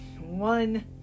one